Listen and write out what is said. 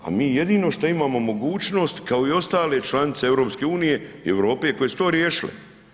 A mi jedino što imamo mogućnost kao i ostale članice EU Europe koje su to riješile.